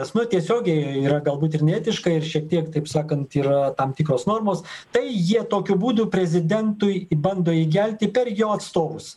nes nu tiesiogiai yra galbūt ir neetiška ir šiek tiek taip sakant yra tam tikros normos tai jie tokiu būdu prezidentui bando įgelti per jo atstovus